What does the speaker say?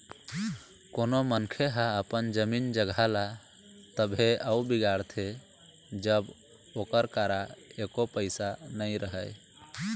कोनो मनखे ह अपन जमीन जघा ल तभे अउ बिगाड़थे जब ओकर करा एको पइसा नइ रहय